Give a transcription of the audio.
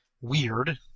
weird